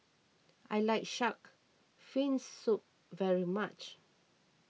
I like Shark's Fin Soup very much